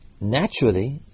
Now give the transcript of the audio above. naturally